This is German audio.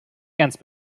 ganz